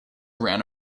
ran